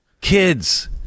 kids